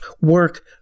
work